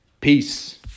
Peace